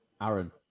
Aaron